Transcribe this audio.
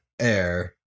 air